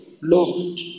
Lord